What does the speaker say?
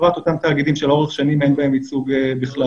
בפרט אותם תאגידים שלאורך שנים אין בהם ייצוג בכלל.